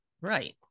right